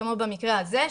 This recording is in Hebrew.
כמו שבמקרה הזה.